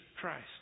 Christ